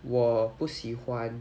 我不喜欢